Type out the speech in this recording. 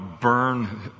burn